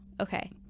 Okay